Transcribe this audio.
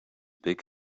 big